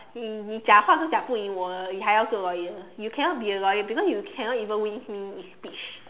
你你讲话时将不应我的你还要去 lawyer you cannot be a lawyer because you cannot even win me in speech